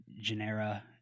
Genera